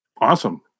Awesome